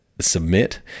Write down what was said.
submit